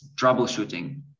troubleshooting